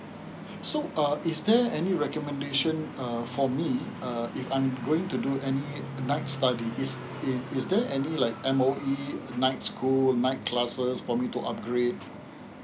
so uh is there any recommendation uh for me uh if I'm going to do night study is there is there any like M_O_E nights school night classes for me to upgrade